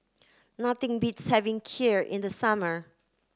nothing beats having Kheer in the summer